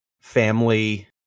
family